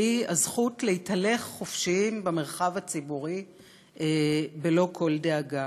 והיא הזכות להתהלך חופשיים במרחב הציבורי בלא כל דאגה.